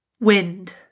Wind